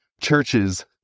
Churches